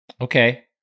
Okay